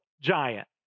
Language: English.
giant